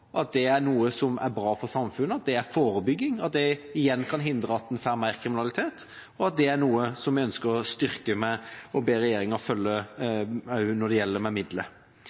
at det er bra for samfunnet, at det er forebygging, at det igjen kan hindre at en får mer kriminalitet, og at det er noe som vi ønsker å styrke ved å be regjeringen følge opp også med midler. Vi har ikke minst et forslag, som jeg synes er veldig spennende, når det gjelder